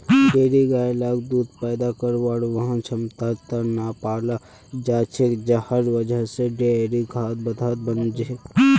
dairy गाय लाक दूध पैदा करवार वहार क्षमतार त न पालाल जा छेक जहार वजह से डेयरी खाद्य पदार्थ बन छेक